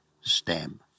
stem